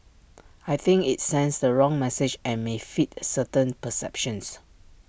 I think IT sends the wrong message and may feed certain perceptions